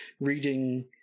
reading